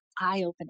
eye-opening